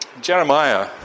Jeremiah